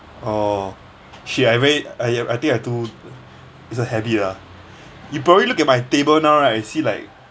oh shit I really I think I too it's a habit ah you probably look at my table now right see like